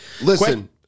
Listen